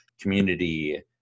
community